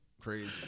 Crazy